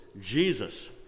Jesus